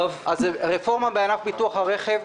פרסמנו טיוטת רפורמה בענף ביטוח הרכב.